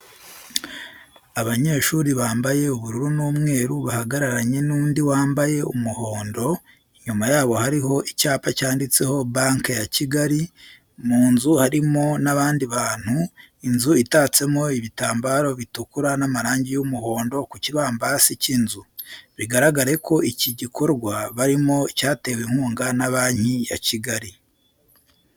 Abanyeshuri bambaye ubururu n'umweru bahagararanye n'undi wambaye umuhondo, inyuma yabo hariho icyapa cyanditseho Banki ya Kigali mu nzu harimo n'abandi bantu, inzu itatsemo ibitambaro bitukura n'amarangi y'umuhondo ku kibambasi cy'inzu. Bigaragare ko iki gikorwa barimo cyatewe inkunga na Banki ya Kigali.